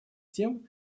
тем